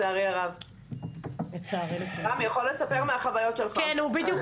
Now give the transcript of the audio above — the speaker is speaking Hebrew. מירב בן ארי, יו"ר ועדת ביטחון פנים: כן, כן.